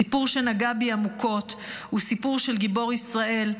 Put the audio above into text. סיפור שנגע בי עמוקות הוא סיפורו של גיבור ישראל,